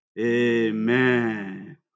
amen